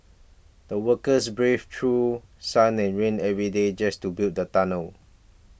the workers braved through sun and rain every day just to build the tunnel